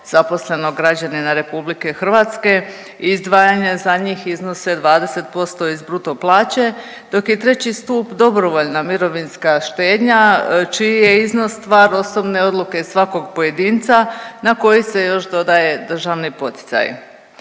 zaposlenog građanina RH, izdvajanje za njih iznose 20% iz bruto plaće, dok je III. stup dobrovoljna mirovinska štednja, čiji je iznos stvar osobne odluke svakog pojedinca na koji se još dodaje državni poticaj.